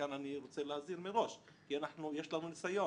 כאן אני רוצה להזהיר מראש כי יש לנו ניסיון.